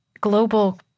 global